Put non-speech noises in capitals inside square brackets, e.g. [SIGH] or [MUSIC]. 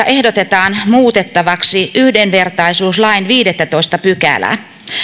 [UNINTELLIGIBLE] ehdotetaan muutettavaksi yhdenvertaisuuslain viidettätoista pykälää